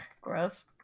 gross